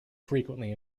frequently